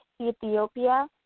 Ethiopia